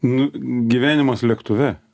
nu gyvenimas lėktuve